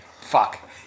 Fuck